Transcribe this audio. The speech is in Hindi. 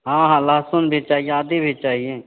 हाँ हाँ लहसुन भी चाहिए भी चाहिए